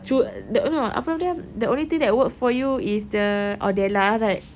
true the uh no apa nama dia the only thing that works for you is the Odella right